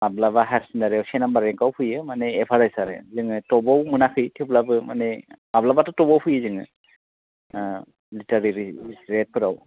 माब्लाबा हायार सेकेन्दारियाव से नाम्बार रेंकआव फैयो माने एभारेस आरो जोङो टबाव मोनाखै थेवब्लाबो माने माब्लाबाथ' टबाव फैयो जोङो ओ लिटारेरि रेटफोराव